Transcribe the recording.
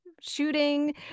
shooting